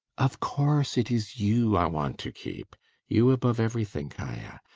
of course it is you i want to keep you above everything, kaia.